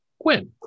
Quinn